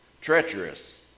Treacherous